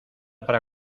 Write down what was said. para